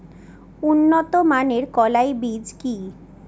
উন্নত মানের কলাই বীজ কি?